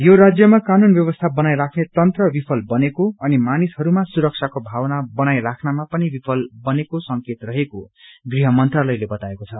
यो राज्यमा कानून व्यवस्था बनाईराख्ने तंत्र विफल बनेको अनि मानिसहरूमा सुरक्षाको भावना बनाइराख्नमा पनि विफल बनेको संकेत रहेको दृह मंत्रालयले बताएको छ